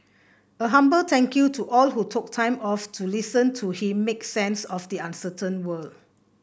a humble thank you to all who took time off to listen to him make sense of the uncertain world